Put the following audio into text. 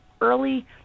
early